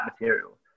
material